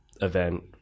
event